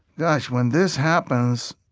gosh, when this happens,